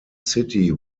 city